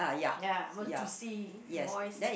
ya was juicy moist